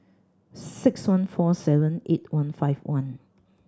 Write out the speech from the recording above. six one four seven eight one five one